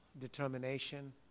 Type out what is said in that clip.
determination